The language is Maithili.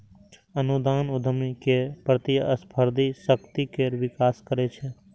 अनुदान उद्यमी केर प्रतिस्पर्धी शक्ति केर विकास करै छै